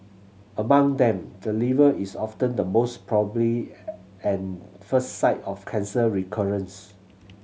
among them the liver is often the most probably and first site of cancer recurrence